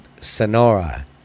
Sonora